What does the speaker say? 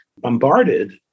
bombarded